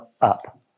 up